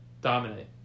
dominate